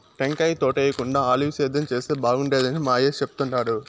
టెంకాయ తోటేయేకుండా ఆలివ్ సేద్యం చేస్తే బాగుండేదని మా అయ్య చెప్తుండాడు